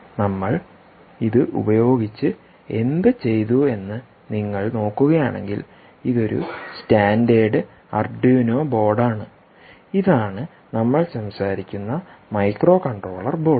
നമ്മൾ ഇത് ഉപയോഗിച്ച് എന്തുചെയ്തുവെന്ന് നിങ്ങൾ നോക്കുകയാണെങ്കിൽ ഇതൊരു സ്റ്റാൻഡേർഡ് ആർഡുനോ ബോർഡ് ആണ് ഇതാണ് നമ്മൾ സംസാരിക്കുന്ന മൈക്രോകൺട്രോളർ ബോർഡ്